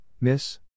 miss